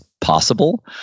possible